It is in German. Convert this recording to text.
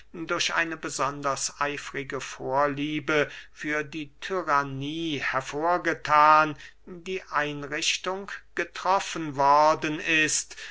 durch eine besonders eifrige vorliebe für die tyrannie hervorgethan die einrichtung getroffen worden ist